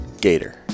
Gator